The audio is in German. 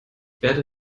werde